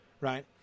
right